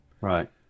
Right